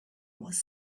was